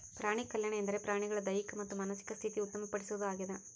ಪ್ರಾಣಿಕಲ್ಯಾಣ ಎಂದರೆ ಪ್ರಾಣಿಗಳ ದೈಹಿಕ ಮತ್ತು ಮಾನಸಿಕ ಸ್ಥಿತಿ ಉತ್ತಮ ಪಡಿಸೋದು ಆಗ್ಯದ